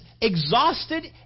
exhausted